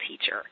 teacher